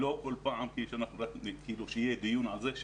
לא כמו כל פעם שרק יהיה דיון על זה.